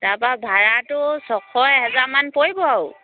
তাৰপৰা ভাড়াটো ছশ এহেজাৰমান পৰিব আৰু